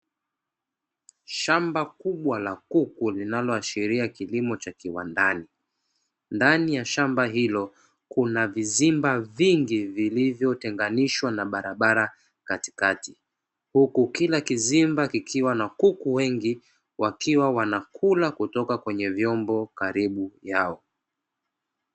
Shamba kubwa la kuku linaloashiria kilimo cha kiwandani, ndani ya shamba hilo kuna vizimba vingi vinalivyotenganishwa na barabara katikati. Huku kila kizimba kikiwa na kuku wengi wakiwa wanakula kutoka kwenye vyombo karibu yao.